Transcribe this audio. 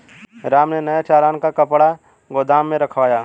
राम ने नए चालान का कपड़ा गोदाम में रखवाया